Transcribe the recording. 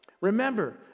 Remember